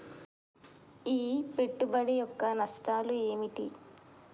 ఈ పెట్టుబడి యొక్క నష్టాలు ఏమిటి?